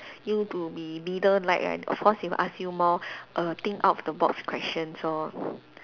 you to be leader like right of course they ask you more err think out of the box question so